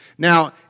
Now